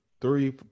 three